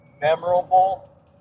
memorable